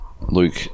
Luke